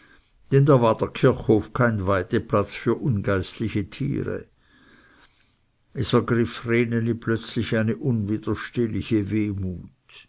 war der kirchhof kein weideplatz für ungeistliche tiere es ergriff vreneli plötzlich eine unwiderstehliche wehmut